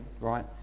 right